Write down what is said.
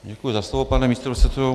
Děkuji za slovo, pane místopředsedo.